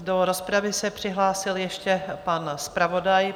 Do rozpravy se přihlásil ještě pan zpravodaj.